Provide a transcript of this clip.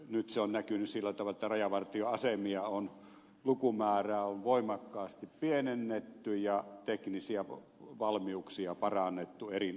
nyt se on näkynyt sillä tavalla että rajavartioasemien lukumäärää on voimakkaasti pienennetty ja teknisiä valmiuksia parannettu erinomaisen paljon